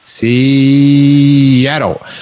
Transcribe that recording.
Seattle